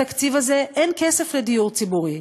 בתקציב הזה אין כסף לדיור ציבורי.